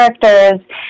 characters